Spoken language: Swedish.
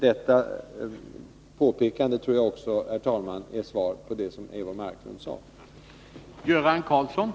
Detta påpekande tror jag också, herr talman, är ett svar på vad Eivor Marklund sade.